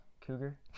cougar